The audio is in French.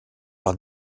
par